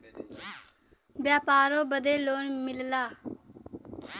व्यापारों बदे लोन मिलला